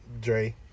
Dre